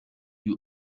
you